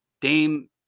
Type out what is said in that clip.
Dame